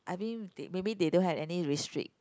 I mean maybe they don't have any restrict